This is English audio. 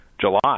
July